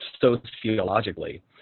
sociologically